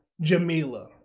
Jamila